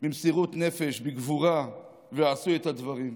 במסירות נפש, בגבורה, ועשו את הדברים.